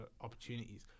opportunities